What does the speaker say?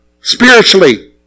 spiritually